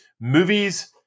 movies